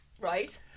Right